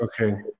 Okay